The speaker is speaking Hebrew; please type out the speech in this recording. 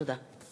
תודה.